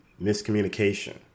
miscommunication